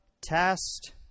test